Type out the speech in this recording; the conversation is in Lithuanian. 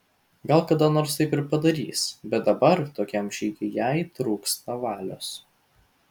gal kada nors taip ir padarys bet dabar tokiam žygiui jai dar trūksta valios